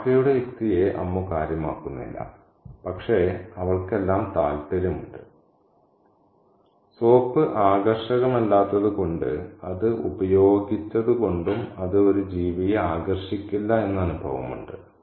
കാക്കയുടെ യുക്തിയെ അമ്മു കാര്യമാക്കുന്നില്ല പക്ഷേ അവൾക്കെല്ലാം താൽപ്പര്യമുണ്ട് സോപ്പ് ആകർഷകമല്ലാത്തത് കൊണ്ടും അത് ഉപയോഗിച്ചത് കൊണ്ടും അത് ഒരു ജീവിയെ ആകര്ഷിക്കില്ല എന്ന അനുഭവമുണ്ട്